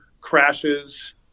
crashes